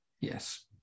Yes